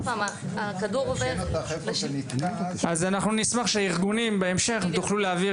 אנחנו נשמח הארגונים אם תוכלו להעביר